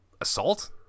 assault